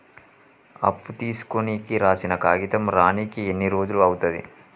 అప్పు తీసుకోనికి రాసిన కాగితం రానీకి ఎన్ని రోజులు అవుతది?